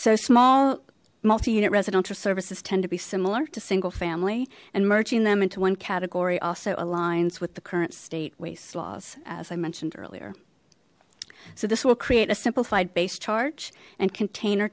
so small multi unit residential services tend to be similar to single family and merging them into one category also aligns with the current state wastes laws as i mentioned earlier so this will create a simplified base charge and container